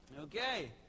Okay